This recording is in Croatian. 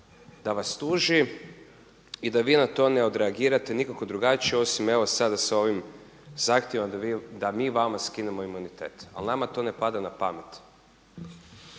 da vas tuži i da vi na to neodreagirate nikako drugačije osim evo sada s ovim zahtjevom da mi vama skinemo imunitet. Ali nama to ne pada na pamet.